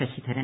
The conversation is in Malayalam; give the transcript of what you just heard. ശശിധരൻ